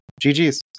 GG's